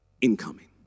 Incoming